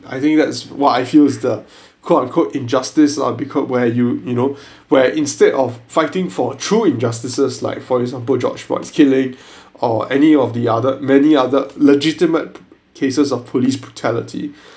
I think that's why I feel is the quote unquote injustice lah because where you you know where instead of fighting for true injustices like for example george floyd 's killing or any of the other many other legitimate cases of police brutality